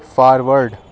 forward